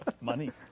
Money